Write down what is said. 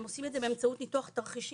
הם עושים את זה באמצעות ניתוח תרחישים.